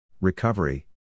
recovery